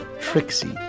Trixie